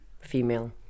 female